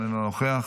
אינה נוכחת,